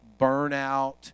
burnout